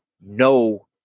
no